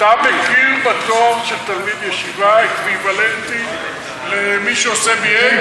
אתה מכיר בתואר של תלמיד ישיבה כאקוויוולנטי לזה של מי שעושה BA?